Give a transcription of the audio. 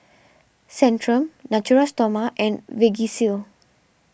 Centrum Natura Stoma and Vagisil